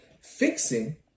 fixing